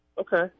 Okay